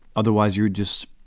otherwise, you're just